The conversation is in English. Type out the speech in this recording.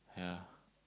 yeah